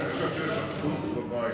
אני חושב שיש אחדות בבית